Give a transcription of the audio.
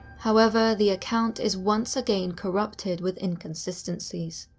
however, the account is once again corrupted with inconsistencies,